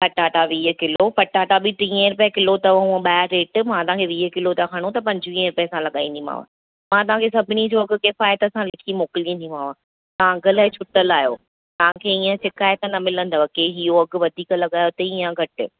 पटाटा वीह किलो पटाटा बि टीहें रुपये किलो अथव हूअं ॿाहिरि रेट मां तव्हांखे वीह किलो था खणो त पंजवीहें रुपए खां लॻाईंदीमांव मां तव्हां खे सभिनि जो अघु किफ़ायत सां लिखी मोकिलींदीमांव तव्हां अघु लाइ छुटल आहियो तव्हां खे हीअं शिकाइत न मिलंदव कि इहो अघु वधीक लॻायो अथई हीअ घटि